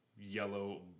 yellow